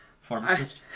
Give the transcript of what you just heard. Pharmacist